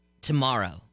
tomorrow